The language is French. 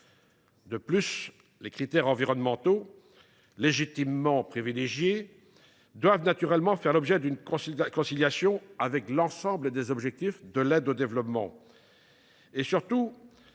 De plus, les critères environnementaux, légitimement privilégiés, doivent naturellement être conciliés avec l’ensemble des objectifs de l’aide au développement.